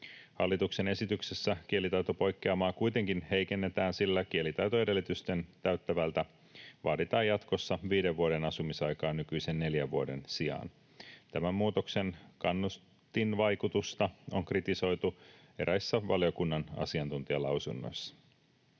Hallituksen esityksessä kielitaitopoikkeamaa kuitenkin heikennetään, sillä kielitaitoedellytysten täyttävältä vaaditaan jatkossa viiden vuoden asumisaikaa nykyisen neljän vuoden sijaan. Tämän muutoksen kannustinvaikutusta on kritisoitu eräissä valiokunnan asiantuntijalausunnoissa.